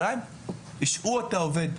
השעו את העובד.